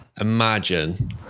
imagine